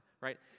right